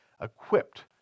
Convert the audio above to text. equipped